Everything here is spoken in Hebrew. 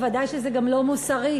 ודאי שזה גם לא מוסרי,